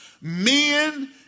men